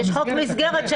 יש את חוק מסגרת אחרי.